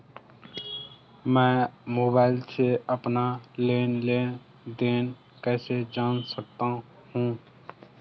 मैं मोबाइल से अपना लेन लेन देन कैसे जान सकता हूँ?